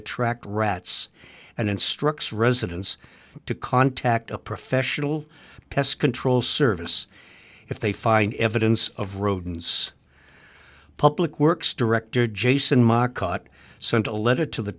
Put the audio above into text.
attract rats and instructs residents to contact a professional pest control service if they find evidence of rodents public works director jason mock caught sent a letter to the